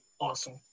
awesome